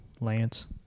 Lance